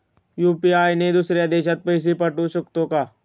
UPI ने दुसऱ्या देशात पैसे पाठवू शकतो का?